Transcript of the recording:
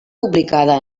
publicada